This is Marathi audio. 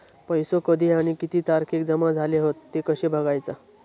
पैसो कधी आणि किती तारखेक जमा झाले हत ते कशे बगायचा?